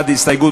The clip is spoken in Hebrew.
פריג',